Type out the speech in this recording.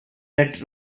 that